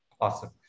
Awesome